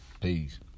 Peace